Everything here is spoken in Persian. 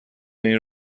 این